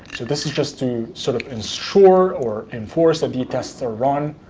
so this is just to sort of ensure or enforce that these tests are run